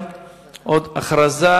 7,